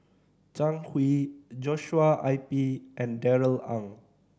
Zhang Hui Joshua I P and Darrell Ang